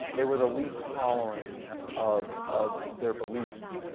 they were the least tolerate of of their beliefs.